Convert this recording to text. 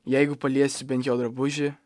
jeigu paliesiu bent jo drabužį